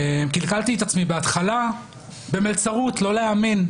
כלכלתי את עצמי בהתחלה במלצרות, לא להאמין.